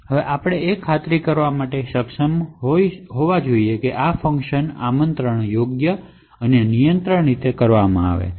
હવે આપણે ખાતરી કરવા માટે સક્ષમ હોવા જોઈએ કે આ ફંક્શન કોલ યોગ્ય અને નિયંત્રિત રીતે કરવામાં આવે છે